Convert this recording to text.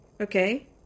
Okay